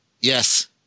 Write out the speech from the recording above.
Yes